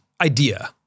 idea